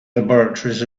laboratories